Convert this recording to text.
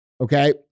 okay